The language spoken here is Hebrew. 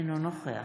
אינו נוכח